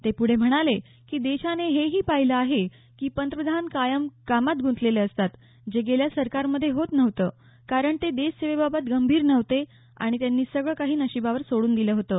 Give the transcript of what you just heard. ते पुढं म्हणाले की देशानं हे ही पाहिलं आहे की पंतप्रधान कायम कामात गुंतलेले असतात जे गेल्या सरकारमध्ये होत नव्हतं कारण ते देशसेवेबाबत गंभीर नव्हते आणि त्यांनी सगळं काही नशीबावर सोडून दिलं होतं